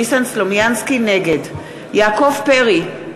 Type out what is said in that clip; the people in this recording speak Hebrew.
נגד יעקב פרי,